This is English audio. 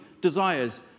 desires